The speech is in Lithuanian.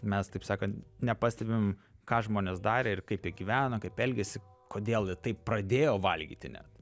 mes taip sakant nepastebim ką žmonės darė ir kaip jie gyveno kaip elgėsi kodėl jie taip pradėjo valgyti net